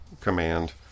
command